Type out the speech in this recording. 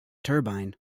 turbine